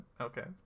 okay